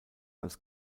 als